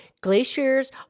glaciers